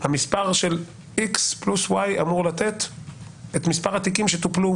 המספר של X + Y אמור לתת את מספר התיקים שטופלו